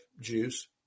juice